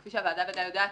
כפי שהוועדה ודאי יודעת,